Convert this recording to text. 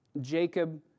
Jacob